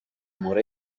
mura